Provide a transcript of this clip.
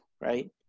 right